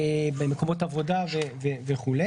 במקומות עבודה וכו'.